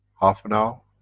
half an hour.